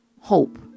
hope